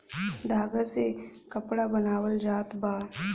धागा से कपड़ा बनावल जात बा